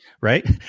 right